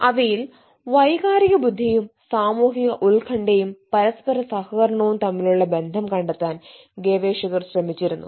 slide സമയം 0024 കാണുക അവയിൽ വൈകാരിക ബുദ്ധിയും സാമൂഹിക ഉത്കണ്ഠയും പരസ്പര സഹകരണവും തമ്മിലുള്ള ബന്ധം കണ്ടെത്താൻ ഗവേഷകർ ശ്രമിച്ചിരുന്നു